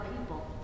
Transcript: people